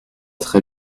très